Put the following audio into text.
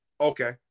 Okay